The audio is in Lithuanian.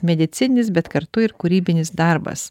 medicininis bet kartu ir kūrybinis darbas